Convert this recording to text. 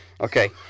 Okay